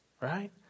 right